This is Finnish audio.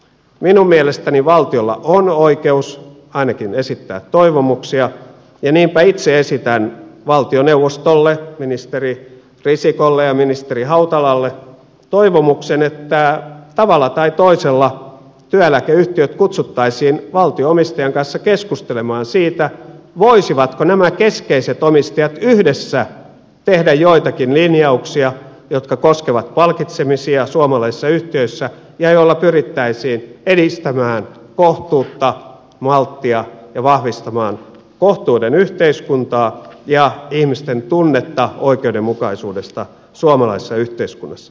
minun mielestäni valtiolla on oikeus ainakin esittää toivomuksia ja niinpä itse esitän valtioneuvostolle ministeri risikolle ja ministeri hautalalle toivomuksen että tavalla tai toisella työeläkeyhtiöt kutsuttaisiin valtio omistajan kanssa keskustelemaan siitä voisivatko nämä keskeiset omistajat yhdessä tehdä joitakin linjauksia jotka koskevat palkitsemisia suomalaisissa yhtiöissä ja joilla pyrittäisiin edistämään kohtuutta malttia ja vahvistamaan kohtuuden yhteiskuntaa ja ihmisten tunnetta oikeudenmukaisuudesta suomalaisessa yhteiskunnassa